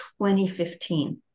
2015